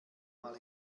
mal